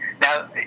Now